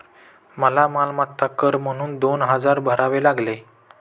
मला मालमत्ता कर म्हणून दोन हजार भरावे लागले